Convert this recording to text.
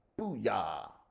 Booyah